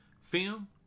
film